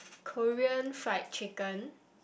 Korean fried chicken